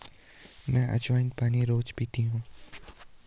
मैं अज्वाइन पानी रोज़ पीती हूँ